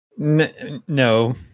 No